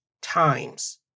times